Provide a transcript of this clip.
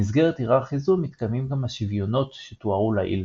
במסגרת היררכיה זו מתקיימים גם השוויונות שתוארו לעיל,